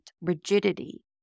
rigidity